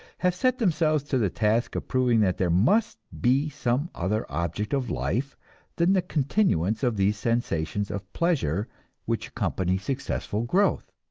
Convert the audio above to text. have set themselves to the task of proving that there must be some other object of life than the continuance of these sensations of pleasure which accompany successful growth.